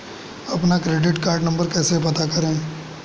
अपना credit card number कैसे पता करें?